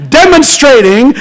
demonstrating